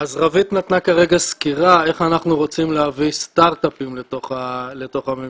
רווית כרגע נתנה סקירה איך אנחנו רוצים להביא סטרטאפים לתוך הממשלה,